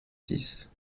six